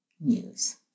news